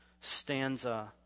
stanza